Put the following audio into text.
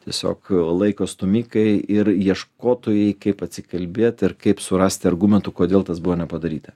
tiesiog laiko stūmikai ir ieškotojai kaip atsikalbėt ir kaip surasti argumentų kodėl tas buvo nepadaryta